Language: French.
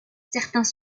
certains